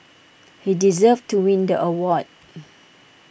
he deserved to win the award